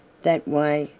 that way,